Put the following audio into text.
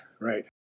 Right